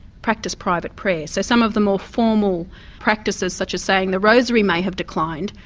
practise private prayer. so some of the more formal practices such as saying the rosary may have declined,